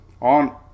on